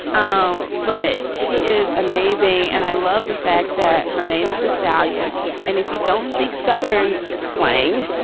um but she is amazing. and i love the fact that her name is the stallion. yes. and if you don't speak southern slang,